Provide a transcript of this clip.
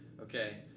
okay